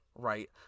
right